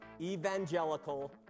evangelical